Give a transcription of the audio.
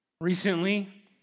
Recently